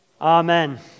amen